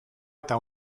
eta